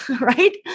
right